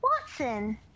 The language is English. Watson